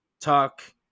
talk